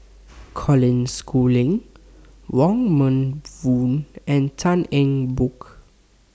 Colin Schooling Wong Meng Voon and Tan Eng Bock